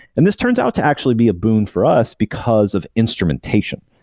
and this turns out to actually be a boon for us, because of instrumentation.